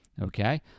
Okay